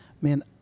man